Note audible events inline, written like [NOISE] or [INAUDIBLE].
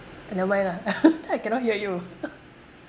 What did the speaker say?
never mind lah [LAUGHS] then I cannot hear you [NOISE]